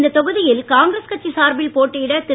இந்த தொகுதியில் காங்கிரஸ் கட்சி சார்பில் போட்டியிட திரு